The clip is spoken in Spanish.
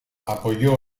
apoyó